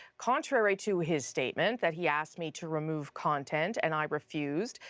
contrary to his statement that he asked me to remove content and i refused.